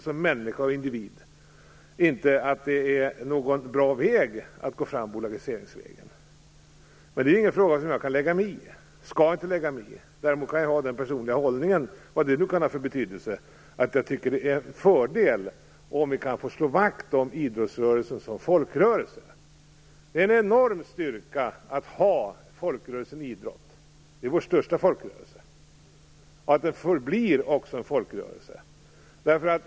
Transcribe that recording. Som människa och individ ser jag det inte som en bra väg att gå fram bolagiseringsvägen. Men det är inte en fråga som jag kan lägga mig i, och jag skall inte lägga mig i den. Däremot kan jag ha den personliga hållningen, vad det nu kan ha för betydelse, att jag tycker att det är en fördel om vi kan slå vakt om idrottsrörelsen som folkrörelse. Det är en enorm styrka att ha folkrörelsen idrott. Det är vår största folkrörelse. Den bör också förbli en folkrörelse.